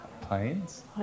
Planes